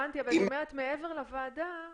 מעבר לוועדה,